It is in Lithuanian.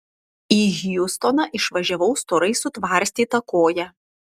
į hjustoną išvažiavau storai sutvarstyta koja